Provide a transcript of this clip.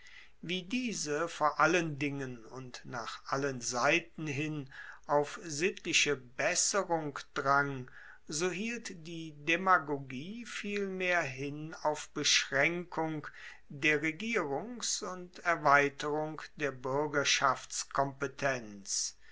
wie diese vor allen dingen und nach allen seiten hin auf sittliche besserung drang so hielt die demagogie vielmehr hin auf beschraenkung der regierungs und erweiterung der